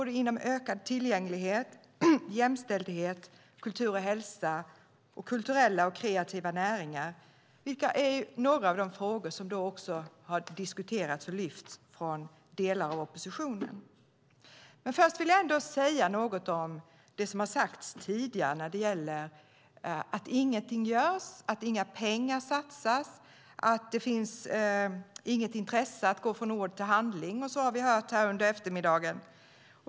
Det gäller ökad tillgänglighet, jämställdhet, kultur och hälsa samt kulturella och kreativa näringar. Det är också några av de frågor som har diskuterats och lyfts upp av delar av oppositionen. Först vill jag säga något om det som sagts tidigare när det gäller att inget görs, att inga pengar satsas, att det inte finns något intresse att gå från ord till handling, som vi har hört under eftermiddagen.